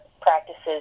practices